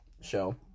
show